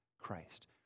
Christ